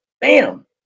bam